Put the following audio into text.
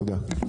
תודה.